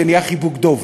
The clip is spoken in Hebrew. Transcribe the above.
זה נהיה חיבוק דוב.